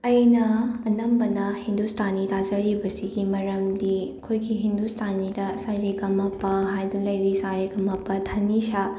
ꯑꯩꯅ ꯑꯅꯝꯕꯅ ꯍꯤꯟꯗꯨꯁꯇꯥꯅꯤ ꯇꯥꯖꯔꯤꯕꯁꯤꯒꯤ ꯃꯔꯝꯗꯤ ꯑꯩꯈꯣꯏꯒꯤ ꯍꯤꯟꯗꯨꯁꯇꯥꯅꯤꯗ ꯁꯥꯔꯦꯒꯥꯃꯥꯄꯥ ꯍꯥꯏꯗꯨꯅ ꯂꯩꯔꯤ ꯁꯥꯔꯦꯒꯥꯃꯥꯄꯥꯙꯥꯅꯤꯁꯥ